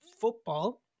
football